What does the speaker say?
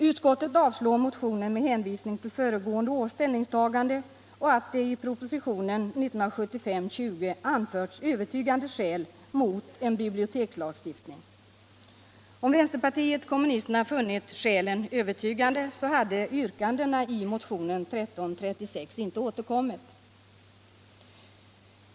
Utskottet har avstyrkt vår motion med hänvisning till föregående års ställningstagande och därför att det i propositionen 1975:20 har, som det sägs, anförts övertygande skäl mot en bibliotekslagstiftning. Men om vänsterpartiet kommunisterna hade funnit skälen övertygande, så hade yrkandena i motionen 1336 inte återkommit.